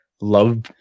Love